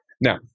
Now